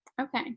Okay